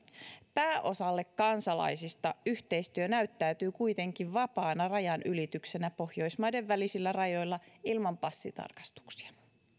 pääosalle kansalaisista yhteistyö näyttäytyy kuitenkin vapaana ra janylityksenä pohjoismaiden välisillä rajoilla ilman passintarkastuksia